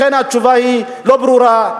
לכן, התשובה לא ברורה.